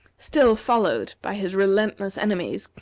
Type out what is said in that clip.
still followed by his relentless enemies,